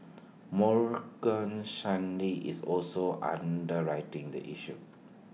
Morgan Stanley is also underwriting the issue